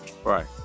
Right